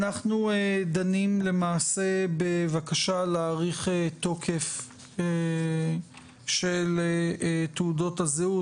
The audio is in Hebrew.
אנחנו דנים בבקשה להאריך תוקף של תעודות הזהות.